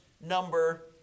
number